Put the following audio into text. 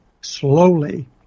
slowly